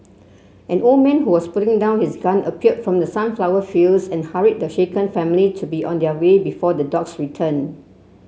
an old man who was putting down his gun appeared from the sunflower fields and hurried the shaken family to be on their way before the dogs return